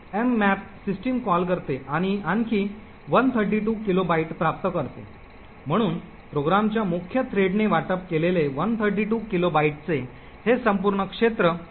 mmap system call करते आणि आणखी 132 किलोबाइट प्राप्त करते म्हणून प्रोग्रामच्या मुख्य थ्रेडने वाटप केलेले 132 किलोबाइटचे हे संपूर्ण क्षेत्र मुख्य अरेना म्हणून ओळखले जाते